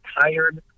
tired